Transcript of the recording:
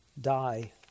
die